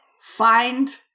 find